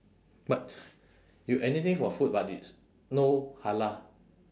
but you anything for food but it's no halal